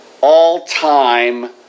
all-time